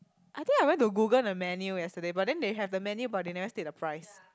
I think I went to Google the menu yesterday but then they have the menu but they never state the price